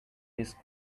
his